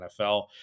NFL